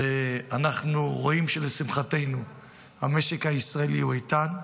אנחנו רואים שלשמחתנו המשק הישראלי הוא איתן.